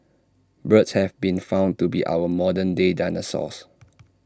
birds have been found to be our modern day dinosaurs